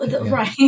right